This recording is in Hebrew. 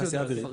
משה, תפרט.